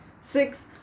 six